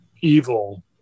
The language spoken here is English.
evil